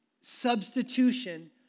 substitution